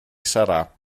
sarà